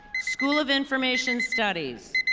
school of information studies.